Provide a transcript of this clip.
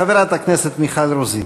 חברת הכנסת מיכל רוזין.